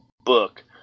book